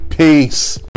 Peace